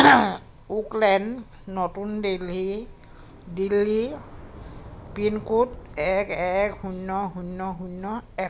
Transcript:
ওক Lane নতুন Delhi Delhi pin code এক এক শূন্য শূন্য শূন্য এক